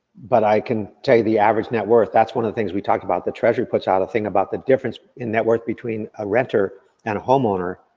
but i can tell you the average net worth, that's one of the things we talked about, the treasury puts out a thing about the difference in net worth between a renter and a homeowner,